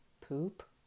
poop